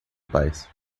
paz